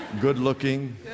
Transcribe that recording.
good-looking